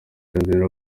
tanzania